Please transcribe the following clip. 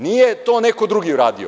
Nije to neko drugi uradio.